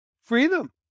freedom